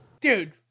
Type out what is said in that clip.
Dude